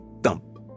Dump